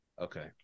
Okay